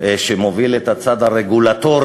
והוא מוביל את הצד הרגולטורי,